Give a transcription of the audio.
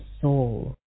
soul